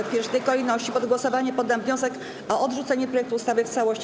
W pierwszej kolejności pod głosowanie poddam wniosek o odrzucenie projektu ustawy w całości.